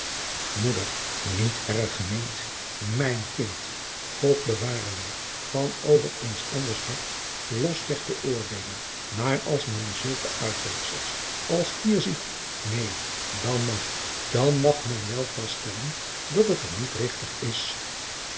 niet erg gemeend mijn kind god beware mij van over eens anders hart los weg te oordeelen maar als men zulke uitwerksels als hier ziet neen dan mag dan mag men wel vaststellen dat het er niet rigtig is